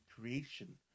creation